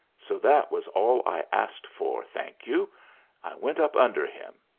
so that was all i asked for, thank you. i went up under him.